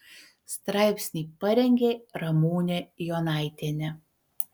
straipsnį parengė ramūnė jonaitienė